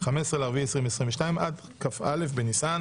15.4.2022 עד כ"א בניסן